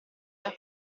era